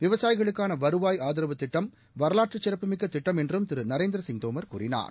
விவசாயிகளுக்கான வருவாய் ஆதரவு திட்டம் வரலாற்று சிறப்புமிக்க திட்டம் என்றும் திரு நரேந்திரசிங் தோமர் கூறினார்